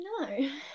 No